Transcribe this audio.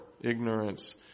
ignorance